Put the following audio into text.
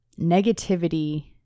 negativity